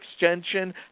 extension